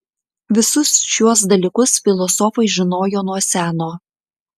visus šiuos dalykus filosofai žinojo nuo seno